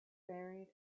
buried